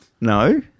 No